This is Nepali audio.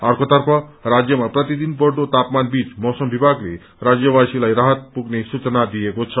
अर्कोतर्फ राज्यमा प्रतिदिन बढ़दो तापमान बीच मौसम विभागले राज्यवासीलाई राहत पुग्ने सूचना दिएको छ